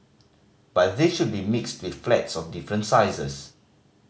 but they should be mixed with flats of different sizes